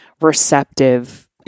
receptive